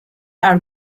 are